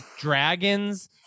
dragons